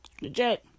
Legit